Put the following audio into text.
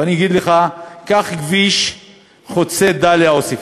ואני אגיד לך: קח את כביש חוצה דאליה עוספיא,